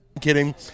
Kidding